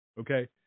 okay